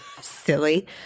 silly